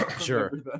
Sure